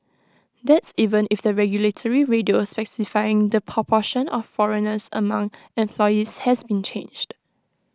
that's even if the regulatory ratio specifying the proportion of foreigners among employees has been changed